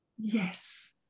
Yes